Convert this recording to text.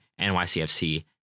NYCFC